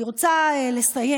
אני רוצה לסיים,